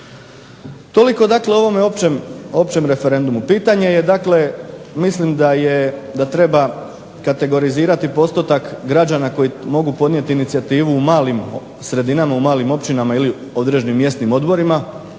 Toliko daleko o ovom općem referendumu. Pitanje je dakle mislim da treba kategorizirati postotak građana koji mogu podnijet inicijativu u malim sredinama, u malim općinama ili određenim mjesnim odborima